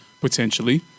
potentially